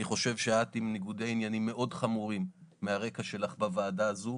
אני חושב שאת עם ניגודי עניינים מאוד חמורים מהרקע שלך בוועדה הזו,